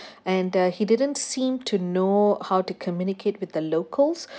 and uh he didn't seem to know how to communicate with the locals